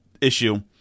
issue